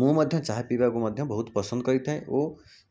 ମୁଁ ମଧ୍ୟ ଚାହା ପିଇବାକୁ ମଧ୍ୟ ବହୁତ ପସନ୍ଦ କରିଥାଏ ଓ